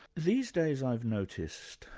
these days i've noticed,